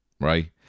right